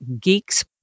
Geeks